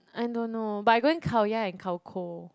I don't know but I going Khao-Yai and Khao-Ko